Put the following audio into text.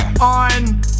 on